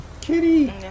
Kitty